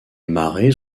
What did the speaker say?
marées